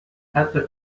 حتی